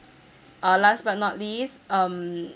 uh last but not least um